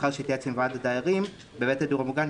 לאחר שהתייעץ עם ועד הדיירים בבית הדיור המוגן,